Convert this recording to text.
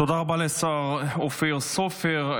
תודה רבה לשר אופיר סופר.